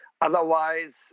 Otherwise